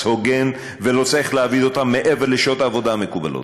הוגן ולא צריך להעביד אותם מעבר לשעות העבודה המקובלות.